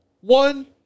One